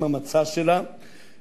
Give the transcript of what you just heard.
עם המצע שלה,